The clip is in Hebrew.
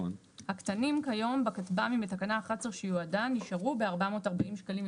הקטנים כיום בכטב"מים בתקנה 11 שיועדה נשארו ב-440 שקלים.